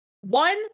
One